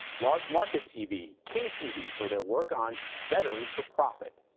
large market tv king-tv for their work on veterans for profit.